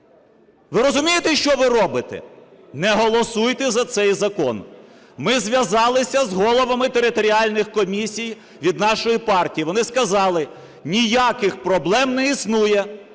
Ви розумієте, що ви робите? Не голосуйте за цей закон. Ми зв'язалися з головами територіальних комісій від нашої партій, вони сказали: ніяких проблем не існує.